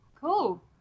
Cool